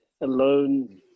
alone